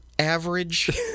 Average